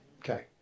Okay